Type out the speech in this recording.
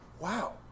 Wow